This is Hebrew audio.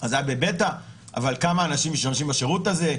וכמה אנשים משתמשים בשירות הזה.